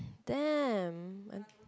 damn